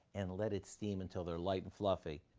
and let it steam until they're light and fluffy.